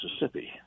Mississippi